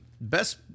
best